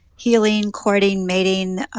healing, courting, mating,